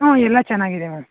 ಹ್ಞೂ ಎಲ್ಲ ಚೆನ್ನಾಗಿದೆ ಮ್ಯಾಮ್